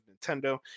Nintendo